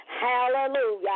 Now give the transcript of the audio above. Hallelujah